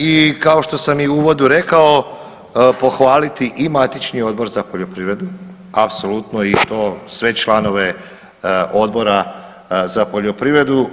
I kao što sam u uvodu i rekao pohvaliti i matični Odbor za poljoprivredu apsolutno i to sve članove Odbora za poljoprivredu.